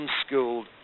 unschooled